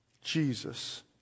Jesus